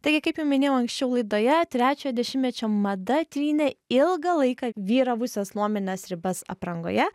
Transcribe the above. taigi kaip jau minėjau anksčiau laidoje trečiojo dešimtmečio mada trynė ilgą laiką vyravusios nuomonės ribas aprangoje